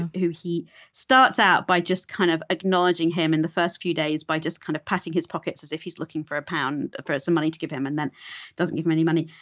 and who he starts out by just kind of acknowledging him, in the first few days, by just kind of patting his pockets as if he's looking for a pound, for some money to give him, and then doesn't give him any money.